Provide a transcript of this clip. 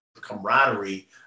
camaraderie